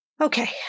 Okay